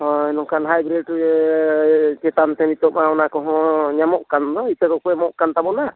ᱦᱳᱭ ᱱᱚᱝᱠᱟ ᱦᱟᱭᱵᱨᱤᱰ ᱪᱮᱛᱟᱱ ᱛᱮ ᱱᱤᱛᱚᱜ ᱢᱟ ᱚᱱᱟ ᱠᱚᱦᱚᱸ ᱧᱟᱢᱚᱜ ᱠᱟᱱ ᱫᱚ ᱤᱛᱟᱹ ᱠᱚᱠᱚ ᱮᱢᱚᱜ ᱠᱟᱱ ᱛᱟᱵᱚᱱᱟ